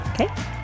Okay